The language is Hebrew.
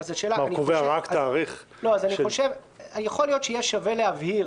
יכול להיות שיהיה שווה להבהיר,